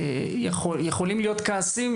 יכולים להיות כעסים,